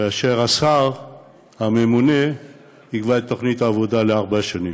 והשר הממונה יקבע את תוכנית העבודה לארבע שנים.